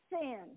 sin